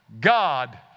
God